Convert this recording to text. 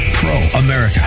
Pro-America